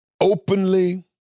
openly